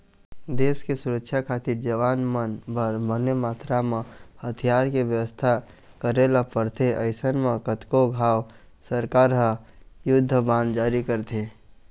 देस के सुरक्छा खातिर जवान मन बर बने मातरा म हथियार के बेवस्था करे ल परथे अइसन म कतको घांव सरकार ह युद्ध बांड जारी करथे